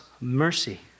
mercy